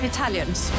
Italians